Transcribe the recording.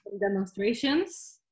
demonstrations